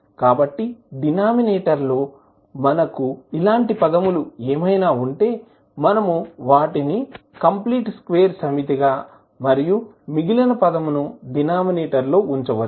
కాబట్టిడినామినేటర్ లో మనకు ఇలాంటి పదములు ఏమైనా ఉంటేమనమువాటిని కంప్లీట్ స్క్వేర్ సమితిగా మరియు మిగిలిన పదం ను డినామినేటర్ లో ఉంచవచ్చు